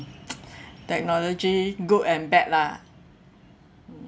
technology good and bad lah